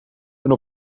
een